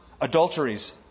adulteries